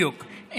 בדיוק.